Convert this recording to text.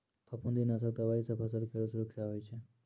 फफूंदी नाशक दवाई सँ फसल केरो सुरक्षा होय छै